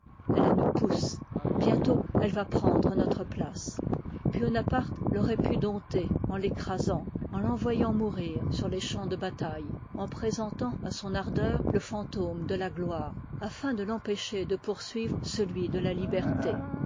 elle nous pousse bientôt elle va prendre notre place buonapane l'auroit pu dompter en l'écrasant en l'envoyant mourir sur les champs de bataille en présentant à son ardeur le fantôme de la gloire afin de l'empêcher de poursuivre celui de la lir